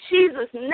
Jesus